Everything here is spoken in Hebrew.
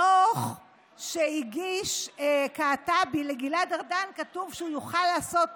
בדוח שהגיש קעטבי לגלעד ארדן כתוב שהוא יוכל לעשות